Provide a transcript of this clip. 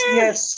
yes